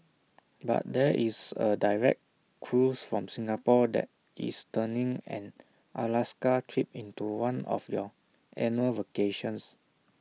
but there is A direct cruise from Singapore that is turning an Alaska trip into one of your annual vacations